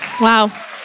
Wow